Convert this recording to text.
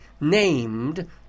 named